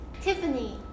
Tiffany